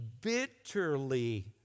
bitterly